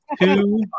two